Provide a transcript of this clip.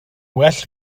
well